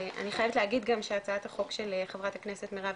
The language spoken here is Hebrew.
אני חייבת להגיש גם שהצעת החוק של חברת הכנסת מירב